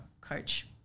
coach